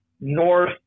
north